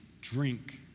drink